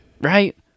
Right